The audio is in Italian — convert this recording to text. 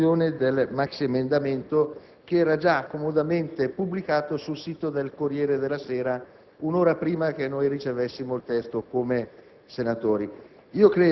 della consegna e della distribuzione del maxiemendamento, che era stato già comodamente pubblicato sul sito del «Corriere della Sera» un'ora prima che noi senatoriricevessimo il testo.